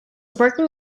working